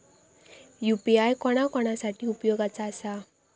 UPI कोणा कोणा साठी उपयोगाचा आसा?